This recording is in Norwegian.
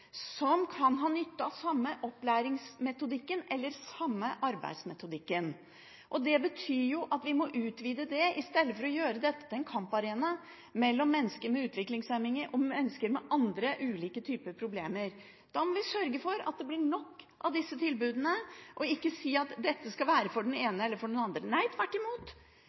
situasjoner kan ha nytte av den samme opplæringsmetodikken eller samme arbeidsmetodikken. Det betyr at vi må utvide det i stedet for å gjøre dette til en kamparena mellom mennesker med utviklingshemninger og mennesker med andre typer problemer. Da må vi sørge for at det blir nok av disse tilbudene, og ikke si at dette skal være for den ene eller den andre gruppen. Nei, tvert imot,